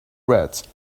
red